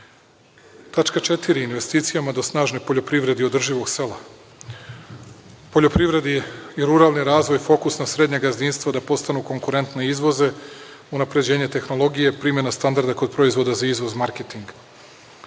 – investicijama do snažne poljoprivrede i održivog sela. Poljoprivreda i ruralni razvoj - fokus na srednja gazdinstva da postanu konkurentna i izvoze, unapređenje tehnologije, primena standarda kod proizvoda za izvoz, marketing. Imajući